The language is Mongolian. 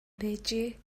байжээ